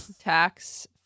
tax